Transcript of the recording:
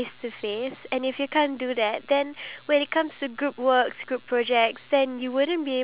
so like for example if I'm talking to you face to face and if you say something